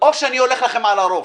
שאני הולך לכם על הראש.